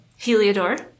Heliodor